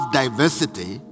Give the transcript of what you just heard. diversity